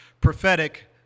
prophetic